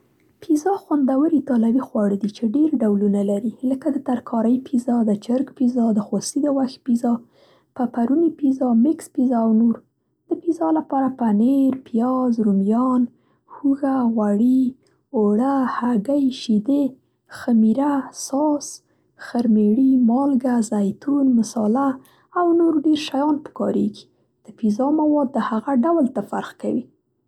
پیزا خوندور ایتالوي خواړه دي چې ډېر ډولونه لري، لکه د ترکارۍ پیزا، د چرک پیزا، د خوسي د غوښې پیزا، پپروني پیزا، مکس پیزا او نور. د پیزا لپاره پنېر، پیاز، رومیان، هوږه، غوړي، اوړه، هګۍ، شیدې، خمیره، ساس، خرمېړي، مالګه، زیتون، مصاله او نور ډېر شیان په کارېږي. د پېزا مواد د هغه ډول ته فرق کوي.